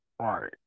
Right